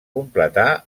completar